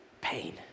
pain